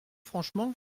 franchement